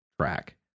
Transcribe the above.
track